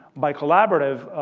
by collaborative,